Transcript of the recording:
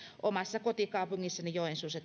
omassa kotikaupungissani joensuussa